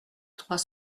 trois